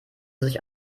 sich